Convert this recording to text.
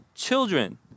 children